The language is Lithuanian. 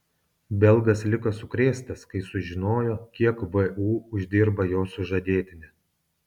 belgas liko sukrėstas kai sužinojo kiek vu uždirba jo sužadėtinė